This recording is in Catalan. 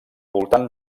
voltant